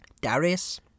Darius